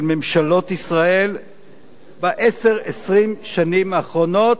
ממשלות ישראל ב-10 20 השנים האחרונות,